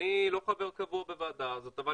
אני, אני לא חבר קבוע בוועדה הזאת אבל